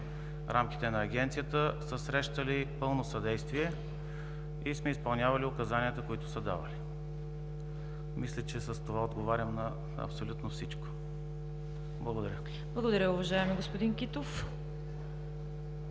рамките на Агенцията, са срещали пълно съдействие и сме изпълнявали указанията, които са давали. Мисля, че с това отговарям на абсолютно всичко. Благодаря. ПРЕДСЕДАТЕЛ ЦВЕТА КАРАЯНЧЕВА: Благодаря, уважаеми господин Китов.